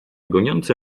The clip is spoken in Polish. goniące